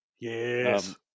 Yes